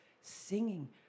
singing